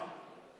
להצבעה.